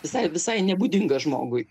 visai visai nebūdinga žmogui